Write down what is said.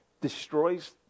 destroys